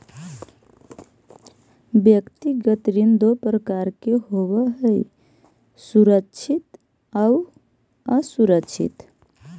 व्यक्तिगत ऋण दो प्रकार के होवऽ हइ सुरक्षित आउ असुरक्षित